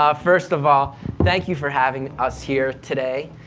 um first of all thank you for having us here today.